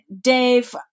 Dave